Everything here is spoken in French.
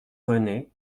rené